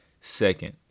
second